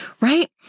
right